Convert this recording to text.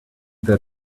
their